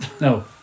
No